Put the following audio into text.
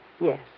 Yes